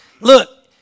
look